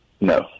No